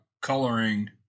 coloring